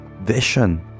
vision